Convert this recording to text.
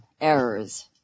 Errors